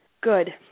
Good